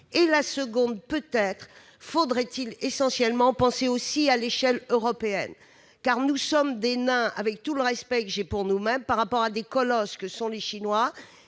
; la seconde, c'est de penser essentiellement à l'échelle européenne. Car nous sommes des nains, avec tout le respect que j'ai pour nous-mêmes, par rapport aux colosses que sont les Chinois